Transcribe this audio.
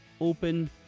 open